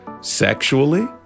sexually